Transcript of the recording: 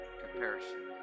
comparison